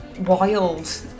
wild